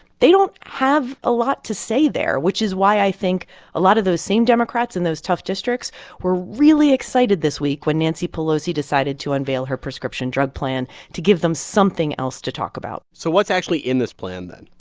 they don't have a lot to say there, which is why i think a lot of those same democrats in those tough districts were really excited this week when nancy pelosi decided to unveil her prescription drug plan to give them something else to talk about so what's actually in this plan then?